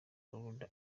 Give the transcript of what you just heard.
carolina